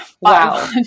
wow